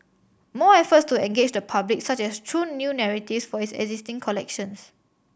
more efforts to engage the public such as through new narratives for its existing collections